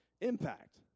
impact